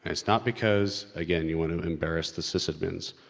it's not because. again, you wanna embarrass the sysadmins,